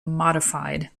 modified